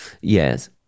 Yes